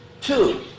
Two